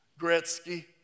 Gretzky